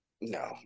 No